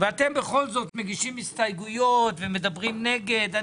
ואתם בכל זאת מגישים הסתייגויות ומדברים נגד.